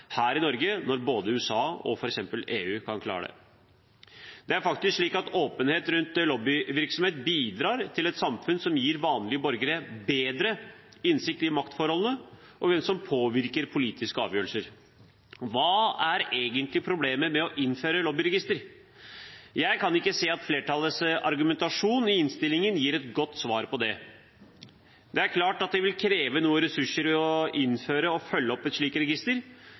her i Norge, når både USA og f.eks. EU kan klare det. Det er faktisk slik at åpenhet rundt lobbyvirksomhet bidrar til et samfunn som gir vanlige borgere bedre innsikt i maktforholdene og i hvem som påvirker politiske avgjørelser. Hva er egentlig problemet med å innføre lobbyregister? Jeg kan ikke se at flertallets argumentasjon i innstillingen gir et godt svar på det. Det er klart at det vil kreve noen ressurser å innføre og følge opp et slikt register.